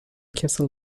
castle